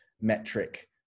metric